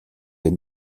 les